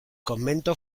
convento